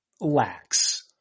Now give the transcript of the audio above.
lacks